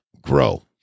grow